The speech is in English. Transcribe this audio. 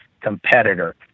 competitor